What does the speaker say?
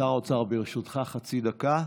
הצעת חוק מסגרות תקציב המדינה (הוראות מיוחדות